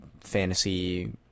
fantasy